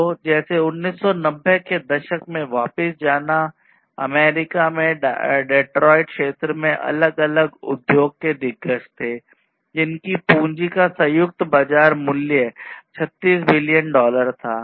तो जैसे 1990 के दशक में वापस जाना अमेरिका में डेट्रायट क्षेत्र में अलग अलग उद्योग के दिग्गज थे जिनकी पूंजी का संयुक्त बाजार मूल्य 36 बिलियन डॉलर था